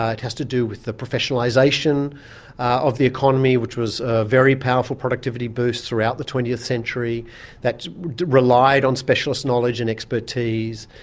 ah it has to do with the professionalisation of the economy, which was a very powerful productivity boost throughout the twentieth century that relied on specialist knowledge and expertise,